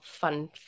fun